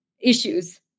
issues